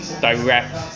direct